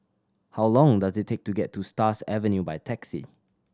how long does it take to get to Stars Avenue by taxi